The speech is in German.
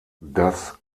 das